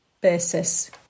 basis